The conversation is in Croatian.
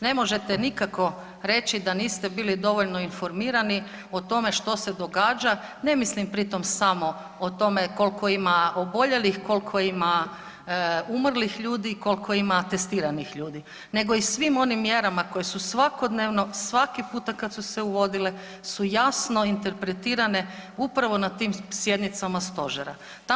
Ne možete nikako reći da niste bili dovoljno informirani o tome što se događa, ne mislim pri tom samo o tome koliko ima oboljelih, koliko ima umrlih ljudi, koliko ima testiranih ljudi, nego i svim onim mjerama koje su svakodnevno svaki puta kad su se uvodile su jasno interpretirane upravo na tim sjednicama stožera.